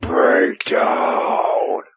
Breakdown